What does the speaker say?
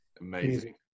amazing